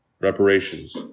reparations